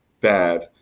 bad